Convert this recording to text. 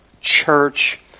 church